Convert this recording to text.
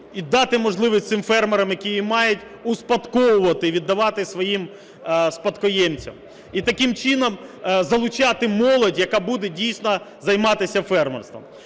і дати можливість цим фермерам, які її мають, успадковувати і віддавати своїм спадкоємцям. І таким чином залучати молодь, яка буде дійсно займатися фермерством.